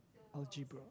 algebra